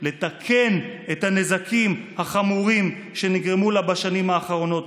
לתקן את הנזקים החמורים שנגרמו לה בשנים האחרונות,